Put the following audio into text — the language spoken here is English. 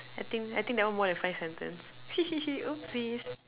I think I think that one more than five sentences hee hee hee oopsies